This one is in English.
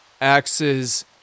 axes